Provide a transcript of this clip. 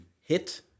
hit